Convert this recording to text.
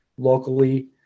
Locally